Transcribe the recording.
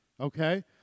okay